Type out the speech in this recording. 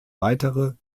weitere